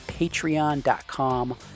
patreon.com